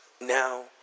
now